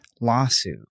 lawsuit